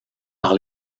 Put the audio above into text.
par